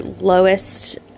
lowest